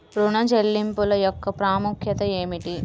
ఋణ చెల్లింపుల యొక్క ప్రాముఖ్యత ఏమిటీ?